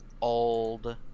old